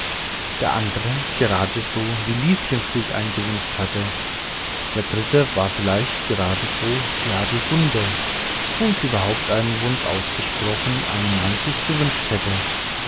der andre geradeso wie lieschen sich einen gewünscht hatte der dritte war vielleicht geradeso wie adelgunde wenn sie überhaupt einen wunsch ausgesprochen einen mann sich gewünscht hätte